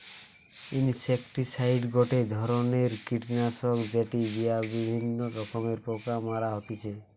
insecticide গটে ধরণের কীটনাশক যেটি দিয়া বিভিন্ন রকমের পোকা মারা হতিছে